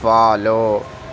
follow